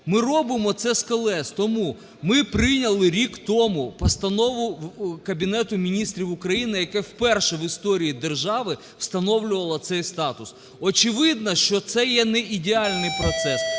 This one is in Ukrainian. Ми робимо це з колес. Тому ми прийняли рік тому постанову Кабінету Міністрів України, яка вперше в історії держави встановлювала цей статус. Очевидно, що це є неідеальний процес,